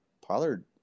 Pollard